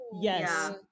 yes